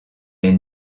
les